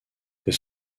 des